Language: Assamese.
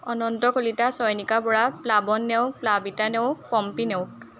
অনন্ত কলিতা চয়নিকা বৰা প্লাৱন নেওগ প্লাবিতা নেওগ পম্পী নেওগ